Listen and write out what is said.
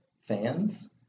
fans